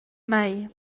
mei